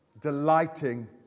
delighting